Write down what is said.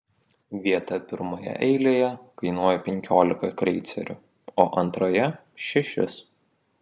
vieta pirmoje eilėje kainuoja penkiolika kreicerių o antroje šešis